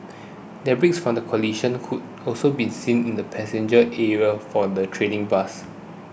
debris from the collision could also be seen in the passenger area for the trading bus